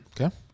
Okay